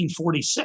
1946